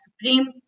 supreme